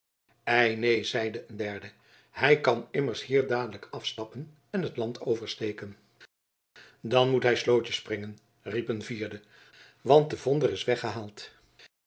ei neen zeide een derde hij kan immers hier dadelijk afstappen en t land oversteken dan moet hij slootje springen riep een vierde want de vonder is weggehaald